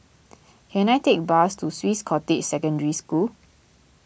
can I take bus to Swiss Cottage Secondary School